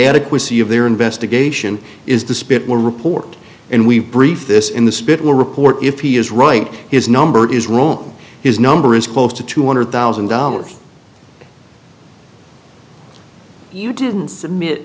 adequacy of their investigation is the spit will report and we brief this in the spittal report if he is right his number is wrong his number is close to two hundred thousand dollars you didn't submit